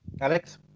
Alex